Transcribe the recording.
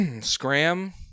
Scram